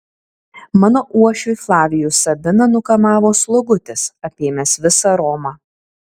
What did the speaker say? mano uošvį flavijų sabiną nukamavo slogutis apėmęs visą romą